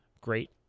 great